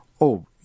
Oh